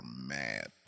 mad